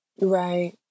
Right